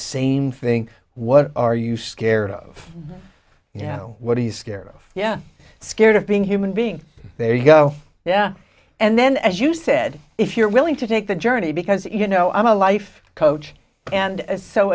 same thing what are you scared of you know what are you scared of yeah scared of being human being there you go yeah and then as you said if you're willing to take the journey because you know i'm a life coach and so